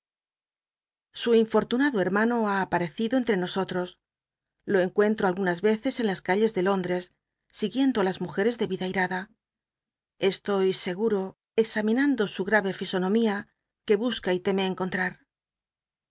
su infortunado hermano ha apatccido entre nosotros lo cncucntto alg nas reces en las calles de lóndt es siguiendo á las mujeres de vida airada estoy scguo examinando su grave fisonomía que busca y teme encontrar